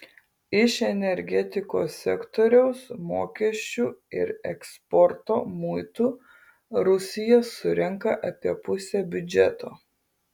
iš energetikos sektoriaus mokesčių ir eksporto muitų rusija surenka apie pusę biudžeto